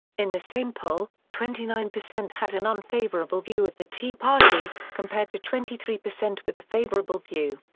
in the same poll, twenty nine percent had an unfavorable view of the tea party, compared to twenty three percent with a favorable view.